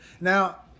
Now